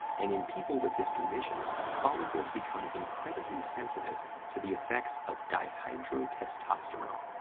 and in people with this condition, follicles become incredibly sensitive to the effects of dihydrotestosterone,